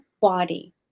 body